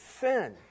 sin